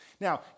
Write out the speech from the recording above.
Now